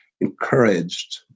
encouraged